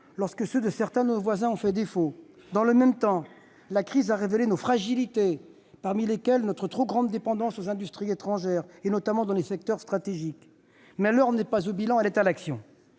lorsque celui de certains de nos voisins a fait défaut. Dans le même temps, la crise a révélé nos fragilités, parmi lesquelles notre trop grande dépendance aux industries étrangères, notamment dans des secteurs stratégiques. Mais l'heure n'est pas au bilan, elle est à l'action.